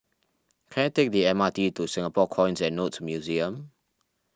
can I take the M R T to Singapore Coins and Notes Museum